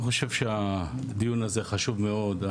אני חושב שהדיון הזה חשוב מאוד,